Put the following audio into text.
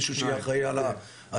מישהו שיהיה אחראי על הרשמות,